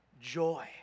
joy